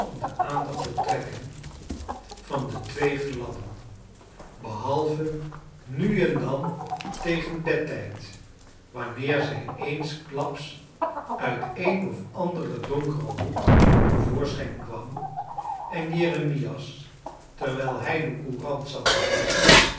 om de aandacht te trekken van de twee kleine dorrit gladden behalve nu en dan tegen bedtijd wanneer zij eensklaps uit een of anderen donkeren hoek te voorschijn kwam en jeremias terwijl hij de courant zat te lezen